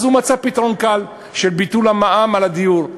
אז הוא מצא פתרון קל של ביטול המע"מ על הדיור.